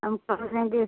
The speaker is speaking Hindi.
हम कर देंगे